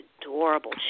adorable